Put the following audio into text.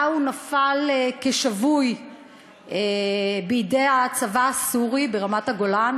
שבה הוא נפל כשבוי בידי הצבא הסורי ברמת-הגולן.